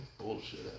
Bullshit